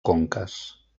conques